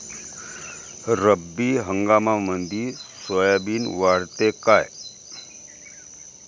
रब्बी हंगामामंदी सोयाबीन वाढते काय?